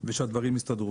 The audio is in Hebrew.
ושהדברים יסתדרו.